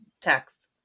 text